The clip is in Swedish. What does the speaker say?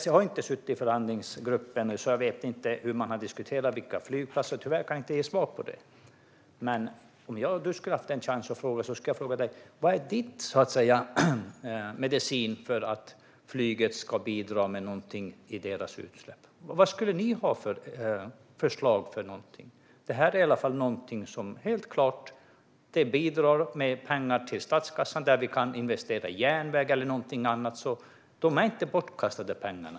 Jag har inte suttit i förhandlingsgruppen, så jag vet inte hur man har diskuterat eller vilka flygplatser det gäller. Tyvärr kan jag inte ge svar på det. Men om jag hade fått chansen skulle jag ha frågat dig: Vad är din medicin för att flyget ska bidra med något när det gäller utsläppen? Vad skulle ni ha för förslag? Detta är i alla fall något som helt klart bidrar med mer pengar till statskassan som vi kan investera i järnväg eller något annat. Pengarna är inte bortkastade.